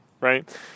right